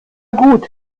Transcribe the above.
gut